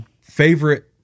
favorite